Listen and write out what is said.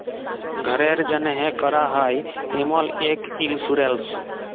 ঘ্যরের জ্যনহে ক্যরা হ্যয় এমল ইক ইলসুরেলস